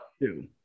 Two